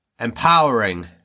empowering